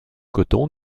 coton